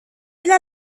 إلى